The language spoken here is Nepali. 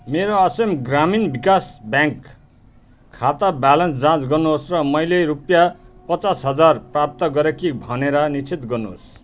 मेरो असम ग्रामीण विकास ब्याङ्क खाता ब्यालेन्स जाँच गर्नुहोस् र मैले रुपियाँ पचास हजार प्राप्त गरेँ कि भनेर निश्चित गर्नुहोस्